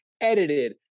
edited